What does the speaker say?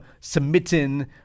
submitting